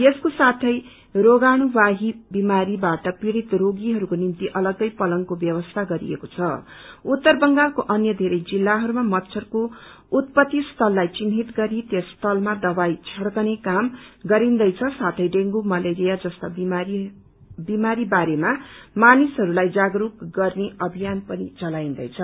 यसको साथै रागाणुवाही विमारीबाट पीड़ित रोगीहरूको निम्दि अलग्गै पलंगको व्यवसी गरिएको छं उत्तर बंगालको अन्य धेरै जिलहरूमा मच्छरको उत्पति स्थललाइ चिन्हित गरी सत्यस स्थानमा दवाई दिङ्कने काम गरिन्दैछ साथै ड्रेंगू मलेरिया जस्ता बिमारी बारेमा मानिसहरूलाईजागस्क गर्ने अभियान पनि चलाईन्दैछ